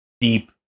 deep